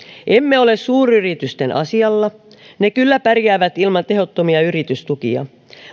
emme ole suuryritysten asialla ne kyllä pärjäävät ilman tehottomia yritystukia